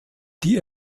die